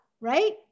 right